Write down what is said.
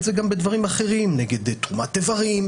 נגד תרומת איברים,